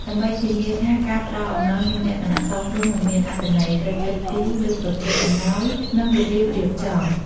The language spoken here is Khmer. ដើម្បីធានាថាការផ្តល់អំណោយមានលក្ខណៈសមរម្យ និងមានអត្ថន័យ ត្រូវគិតគូរលើប្រភេទអំណោយ និងរបៀបរៀបចំ។